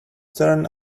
turned